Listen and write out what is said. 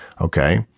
okay